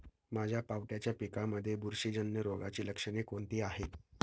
माझ्या पावट्याच्या पिकांमध्ये बुरशीजन्य रोगाची लक्षणे कोणती आहेत?